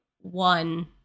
one